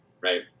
right